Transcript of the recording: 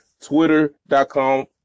twitter.com